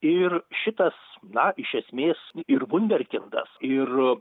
ir šitas na iš esmės ir vunderkindas ir